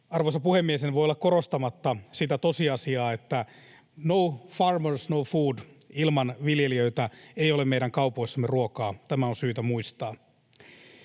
Arvoisa puhemies! En voi olla korostamatta sitä tosiasiaa, että ”no farmers, no food”, ilman viljelijöitä ei ole meidän kaupoissamme ruokaa. Tämä on syytä muistaa.